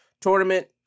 tournament